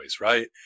right